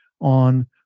on